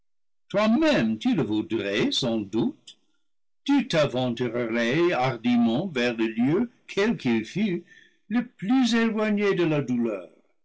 toi-même tu le voudrais sans doute tu t'aventurerais hardiment vers le lieu quel qu'il fût le plus éloigné de la douleur